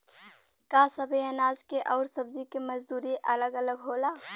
का सबे अनाज के अउर सब्ज़ी के मजदूरी अलग अलग होला?